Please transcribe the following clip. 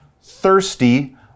thirsty